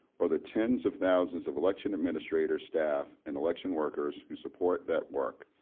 or the tens of thousands of election administrators, staff, and election workers who support that work.